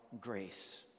grace